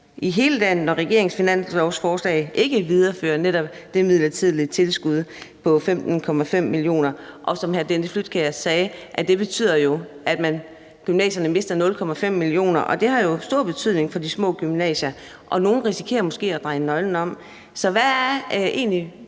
i hele landet, og at regeringens finanslovsforslag ikke viderefører netop det midlertidige tilskud på 15,5 mio. kr. Som hr. Dennis Flydtkjær sagde, betyder det jo, at gymnasierne mister 0,5 mio. kr., og det har jo stor betydning for de små gymnasier, og nogle risikerer måske endda at skulle dreje nøglen om. Så hvad er egentlig